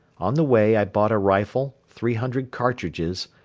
on the way i bought a rifle, three hundred cartridges,